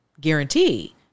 guarantee